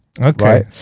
Okay